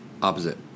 Opposite